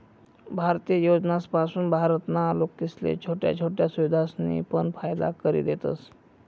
भारतीय योजनासपासून भारत ना लोकेसले छोट्या छोट्या सुविधासनी पण फायदा करि देतस